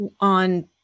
on